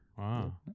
Wow